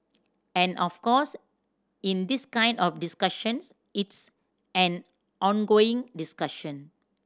and of course in this kind of discussions it's an ongoing discussion